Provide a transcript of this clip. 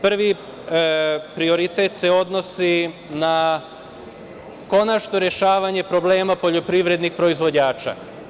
Prvi prioritet se odnosi na konačno rešavanje problema poljoprivrednih proizvođača.